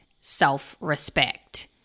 Self-respect